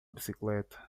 bicicleta